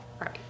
Right